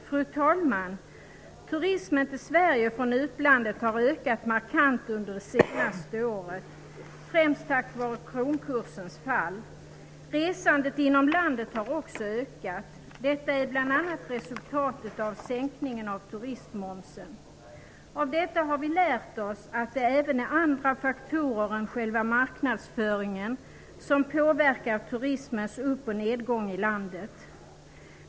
Fru talman! Turismen till Sverige från utlandet har ökat markant under det senaste året, främst tack vare kronkursens fall. Resandet inom landet har också ökat. Detta är bl.a. resultatet av sänkningen av turistmomsen. Av detta har vi lärt oss att även andra faktorer än själva marknadsföringen påverkar turismens upp och nedgång i landet.